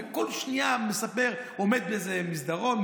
וכל שנייה הוא עומד באיזה מסדרון,